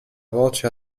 voce